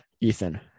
Ethan